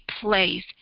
place